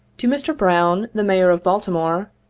to mr. brown, the mayor of baltimore,